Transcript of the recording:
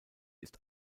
ist